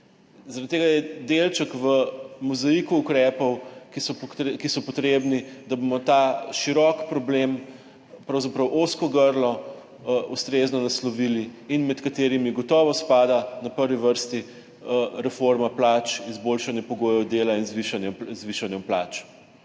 Zaradi tega je delček v mozaiku ukrepov, ki so potrebni, da bomo ta širok problem, pravzaprav ozko grlo, ustrezno naslovili, med katere gotovo spada v prvi vrsti reforma plač, izboljšanje pogojev dela in zvišanje plač.